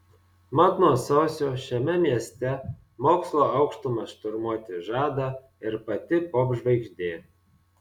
mat nuo sausio šiame mieste mokslo aukštumas šturmuoti žada ir pati popžvaigždė